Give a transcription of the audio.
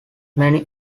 many